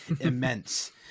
immense